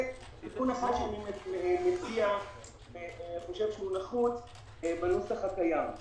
זה תיקון אחד שאני חושב שנחוץ בנוסח הקיים.